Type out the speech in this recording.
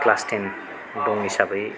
class ten दं हिसाबै